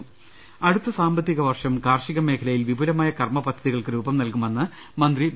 ദർവ്വട്ടെഴ അടുത്ത സാമ്പത്തിക വർഷം കാർഷിക മേഖലയിൽ വിപുലമായ കർമ്മ പദ്ധതികൾക്ക് രൂപംനൽകുമെന്ന് മന്ത്രി വി